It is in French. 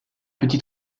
petit